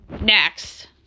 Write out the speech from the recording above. next